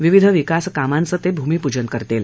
विविध विकास कामांच ते भूमिपूजन करतील